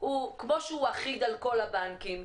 כמו שהוא אחיד על כל הבנקים,